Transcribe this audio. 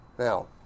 Now